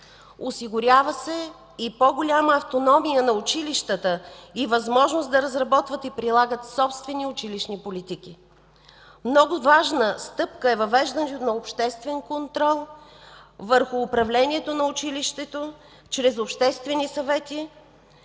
Осигурява се и по-голяма автономия на училищата и възможност да разработват и прилагат собствени училищни политики. Много важна стъпка е въвеждането на обществен контрол върху управлението на училището чрез обществени съвети,